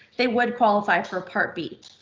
they would qualify for part b.